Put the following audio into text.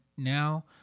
now